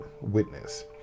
witness